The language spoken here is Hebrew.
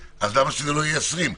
למה שזה לא יהיה 20?